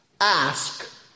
ask